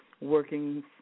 working